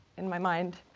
in my mind.